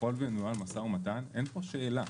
ככל וינוהל משא ומתן אין פה שאלה,